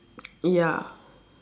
ya